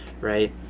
right